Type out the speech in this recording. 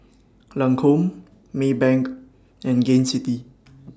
Lancome Maybank and Gain City